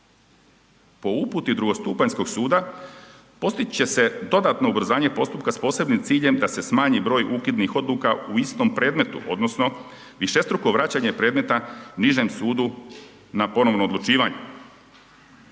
Po uputi drugostupanjskog suda postići će se dodatno ubrzanje postupka s posebnim ciljem da se smanji broj ukidnih odluka u istom predmetu odnosno višestruko vraćanje predmeta nižem sudu na ponovno odlučivanje.